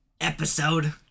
episode